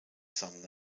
sumner